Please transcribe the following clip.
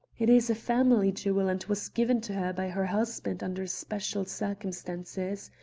it is a family jewel and was given to her by her husband under special circumstances.